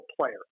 player